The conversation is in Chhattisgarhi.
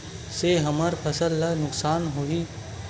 से हमर फसल ला नुकसान होही?